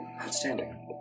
outstanding